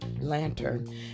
lantern